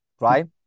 right